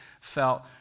felt